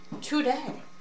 today